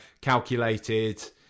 calculated